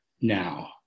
now